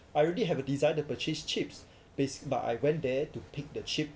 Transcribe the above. I really have a desire to purchase chips base but I went there to pick the chip